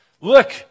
Look